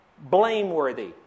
blameworthy